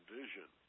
vision